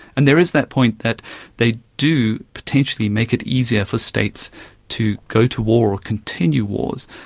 and there is that point that they do potentially make it easier for states to go to war or continue wars,